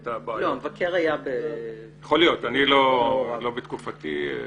זה לא בתקופתי.